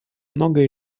многое